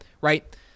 right